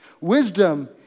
Wisdom